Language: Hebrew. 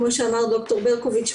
כמו שאמר ד"ר ברקוביץ,